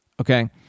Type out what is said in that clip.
okay